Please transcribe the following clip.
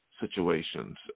situations